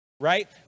right